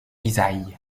ysaÿe